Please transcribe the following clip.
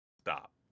Stop